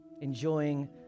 enjoying